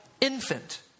infant